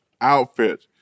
outfit